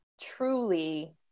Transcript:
truly